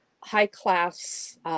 high-class